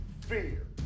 Fear